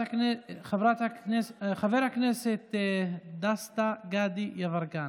חבר הכנסת דסטה גדי יברקן,